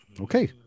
Okay